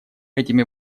этими